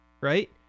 Right